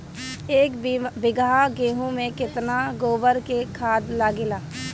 एक बीगहा गेहूं में केतना गोबर के खाद लागेला?